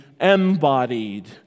embodied